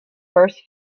first